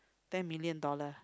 ten million dollars